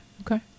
okay